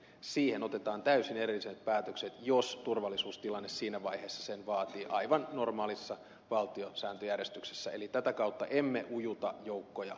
siihen otetaan täysin erilliset päätökset jos turvallisuustilanne siinä vaiheessa sen vaatii aivan normaalissa valtiosääntöjärjestyksessä eli tätä kautta emme ujuta joukkoja